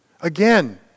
Again